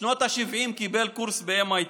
בשנות השבעים קיבל קורס ב-MIT,